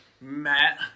Matt